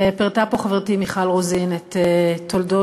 פירטה פה חברתי מיכל רוזין את תולדות